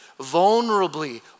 vulnerably